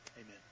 amen